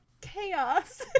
chaos